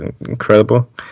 incredible